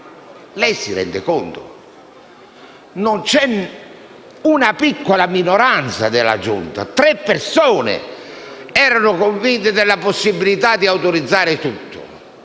Lei si rende conto? Solo piccola minoranza della Giunta, tre persone, era convinta della possibilità di autorizzare tutto,